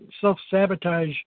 self-sabotage